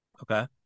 okay